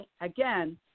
Again